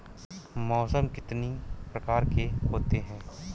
मौसम कितनी प्रकार के होते हैं?